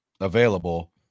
available